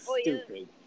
stupid